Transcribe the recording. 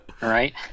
right